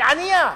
שהיא ענייה,